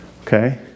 Okay